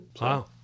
Wow